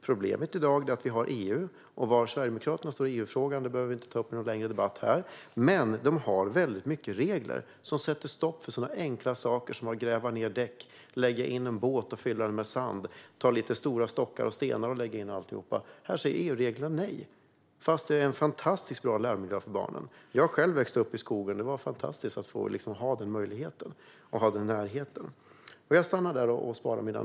Problemet i dag är EU, och var Sverigedemokraterna står i EU-frågan behöver vi inte ta upp för någon längre debatt här. Men EU har väldigt mycket regler som sätter stopp för enkla saker som att gräva ned däck, lägga in en båt och fylla den med sand eller lägga in några stora stockar och stenar mitt i alltihop. Här säger EU-reglerna nej, trots att det är en fantastiskt bra lärmiljö för barnen. Jag växte själv upp i skogen. Det var fantastiskt att ha den möjligheten och närheten.